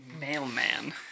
Mailman